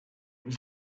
was